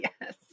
Yes